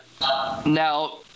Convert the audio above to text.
now